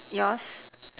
yours